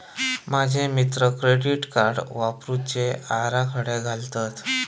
माझे मित्र credit card वापरुचे आराखडे घालतत